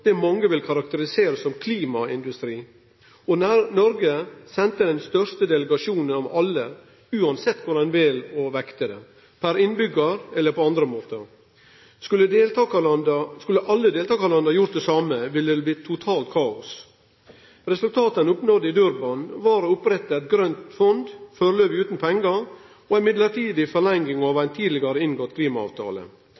det mange vil karakterisere som klimaindustri, og Noreg sende den største delegasjonen av alle – uansett korleis ein vel å vekte det – per innbyggjar eller på andre måtar. Skulle alle deltakarlanda gjort det same, ville det blitt totalt kaos. Resultatet ein oppnådde i Durban, var å opprette eit grønt fond førebels utan pengar og ei mellombels forlenging av